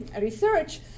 research